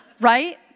Right